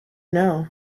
know